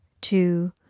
Two